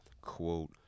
quote